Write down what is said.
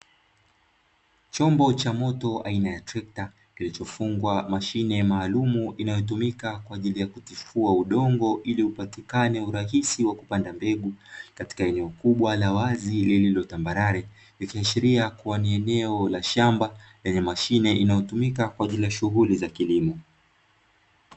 Chombo cha moto aina ya trekta, kilichofungwa mashine maalumu inayotumika kwa ajili ya kutifua udongo ili upatikane urahisi wa kupanda mbegu katika eneo kubwa la wazi lililo tambarare. Ikiashiria kuwa ni eneo la shamba lenye mashine inayotumika kwa ajili ya shughuli za kilimo.